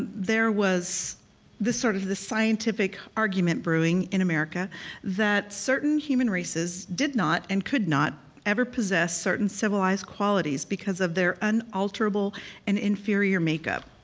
there was this sort of scientific argument brewing in america that certain human races did not and could not ever possess certain civilized qualities because of their unalterable and inferior makeup.